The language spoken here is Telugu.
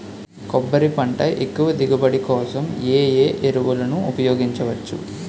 కొబ్బరి పంట ఎక్కువ దిగుబడి కోసం ఏ ఏ ఎరువులను ఉపయోగించచ్చు?